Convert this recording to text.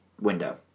window